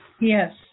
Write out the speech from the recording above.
Yes